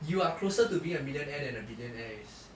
you are closer to being a millionaire than a billionaire is